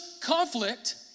conflict